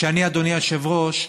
אדוני היושב-ראש,